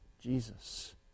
Jesus